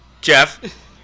Jeff